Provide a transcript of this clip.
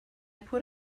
put